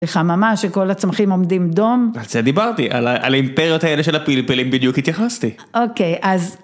ממש שכל הצמחים עומדים דום. על זה דיברתי, על האימפריות האלה של הפלפלים בדיוק התייחסתי. אוקיי, אז.